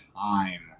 time